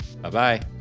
Bye-bye